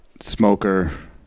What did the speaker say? smoker